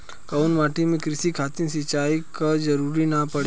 कउना माटी में क़ृषि खातिर सिंचाई क जरूरत ना पड़ेला?